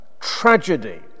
tragedy